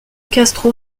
castro